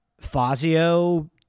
Fazio